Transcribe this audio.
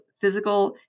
physical